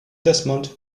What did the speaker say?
desmond